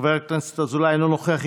אינו נוכח.